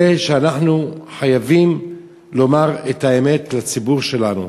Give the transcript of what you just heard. זה שאנחנו חייבים לומר את האמת לציבור שלנו,